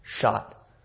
shot